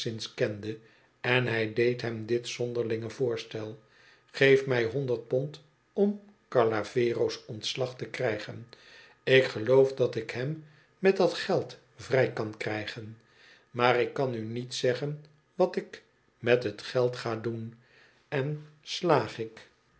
kende en hij deed hem dit zonderlinge voorstel geef mij honderd pondom carlavero's ontslag te krijgen ik geloof dat ik hem met dat geld vrij kan krijgen maar ik kan u niet zeggen wat ik met t geld ga doen en slaag ik